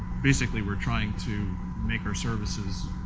basically, we're trying to make our services